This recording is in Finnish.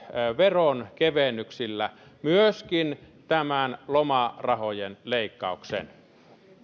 veronkevennyksillä myöskin tämän lomarahojen leikkauksen